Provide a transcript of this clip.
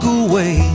away